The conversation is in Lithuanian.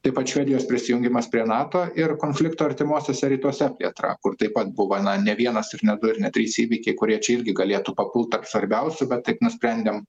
taip pat švedijos prisijungimas prie nato ir konflikto artimuosiuose rytuose plėtra kur taip pat buvo na ne vienas ir ne du ir ne trys įvykiai kurie čia irgi galėtų papult tarp svarbiausių bet taip nusprendėm